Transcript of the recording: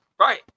Right